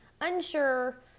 Unsure